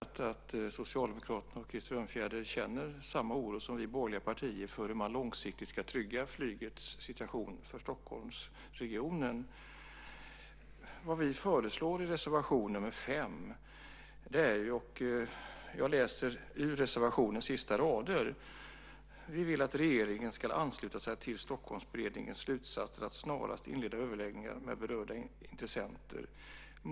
Fru talman! Jag tycker att det är bra att vi får dokumenterat att Socialdemokraterna och Krister Örnfjäder känner samma oro som vi borgerliga partier för hur man långsiktigt ska trygga flygets situation i Stockholmsregionen. Det vi föreslår i reservation nr 5 är, jag läser reservationens sista rader, "att regeringen skall ansluta sig till Stockholmsberedningens slutsatser och snarast inleda överläggningar med berörda intressenter.